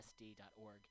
SD.org